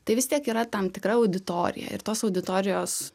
tai vis tiek yra tam tikra auditorija ir tos auditorijos